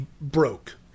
broke